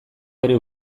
bere